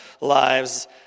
lives